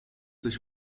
sich